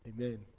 Amen